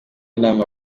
inama